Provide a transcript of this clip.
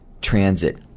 transit